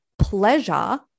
pleasure